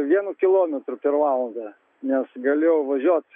vienu kilometru per valandą nes galėjau važiuot